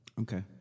Okay